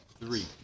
Three